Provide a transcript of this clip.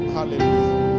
Hallelujah